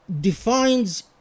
defines